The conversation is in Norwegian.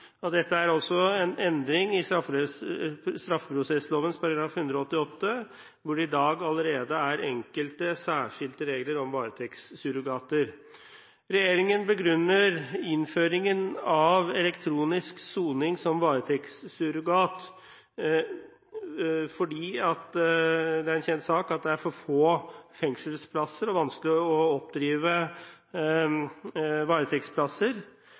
Og dette er altså en endring i straffeprosessloven § 188, hvor det allerede i dag er enkelte særskilte regler om varetektssurrogater. Regjeringen begrunner innføringen av elektronisk soning som varetektssurrogat med at det er en kjent sak at det er for få fengselsplasser og vanskelig å oppdrive varetektsplasser.